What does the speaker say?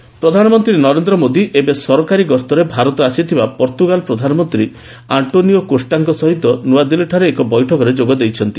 Modi Portugal PM ପ୍ରଧାନମନ୍ତ୍ରୀ ନରେନ୍ଦ୍ର ମୋଦି ଏବେ ସରକାରୀ ଗସ୍ତରେ ଭାରତ ଆସିଥିବା ପର୍ଭ୍ଭୁଗାଲ ପ୍ରଧାନମନ୍ତ୍ରୀ ଆଷ୍ଟ୍ରୋନିଓ କୋଷ୍ଟାଙ୍କ ସହିତ ନୂଆଦିଲ୍ଲୀରେ ଏକ ବୈଠକରେ ଯୋଗ ଦେଇଛନ୍ତି